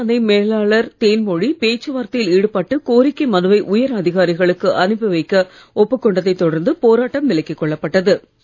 பணிமனை மேலாளர் தேன்மொழி பேச்சுவார்த்தையில் ஈடுபட்டு கோரிக்கை மனுவை உயர் அதிகாரிகளுக்கு அனுப்பிவைக்க ஒப்புக் கொண்டதைத் தொடர்ந்து போராட்டம் விலக்கிக் கொள்ளப்பட்டது